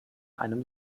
einem